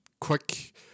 quick